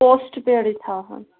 post پیڈٕے تھاو حظ